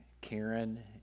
Karen